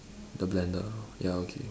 the blender ya okay